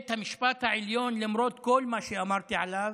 בית המשפט העליון, למרות כל מה שאמרתי עליו,